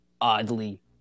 oddly